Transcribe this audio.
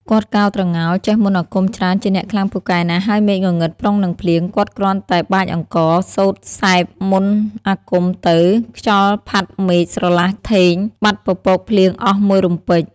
គាត់កោរត្រងោល ចេះមន្តអាគមច្រើនជាអ្នកខ្លាំងពូកែណាស់ ហើយមេឃងងឹតប្រុងនឹងភ្លៀង គាត់គ្រាន់តែបាចអង្គរ សូត្រសែកមន្តអាគមទៅ ខ្យល់ផាត់មេឃ ស្រឡះធេង បាត់ពពកភ្លៀងអស់មួយរំពេច។